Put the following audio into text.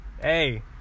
Hey